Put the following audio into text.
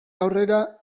aurrera